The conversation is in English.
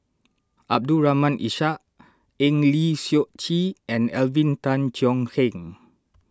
Abdul Rahim Ishak Eng Lee Seok Chee and Alvin Tan Cheong Kheng